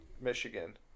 Michigan